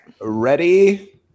Ready